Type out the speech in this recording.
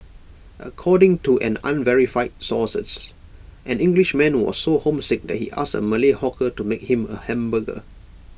according to an unverified sources an Englishman was so homesick that he asked A Malay hawker to make him A hamburger